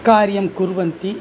कार्यं कुर्वन्ति